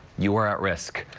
you're at risk.